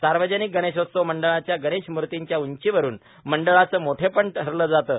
सार्वजनिक गणेशोत्सव मंडळांच्या गणेश मूर्तीच्या उंचीवरून मंडळाचं मोठेपण ठरलं जातं